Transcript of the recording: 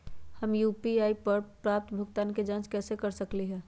हम यू.पी.आई पर प्राप्त भुगतान के जाँच कैसे कर सकली ह?